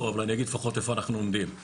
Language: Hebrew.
אבל אני אגיד לפחות איפה אנחנו עומדים.